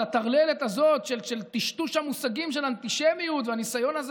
אז הטרללת הזו של טשטוש המושגים של אנטישמיות והניסיון הזה